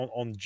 on